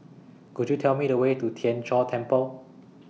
Could YOU Tell Me The Way to Tien Chor Temple